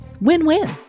Win-win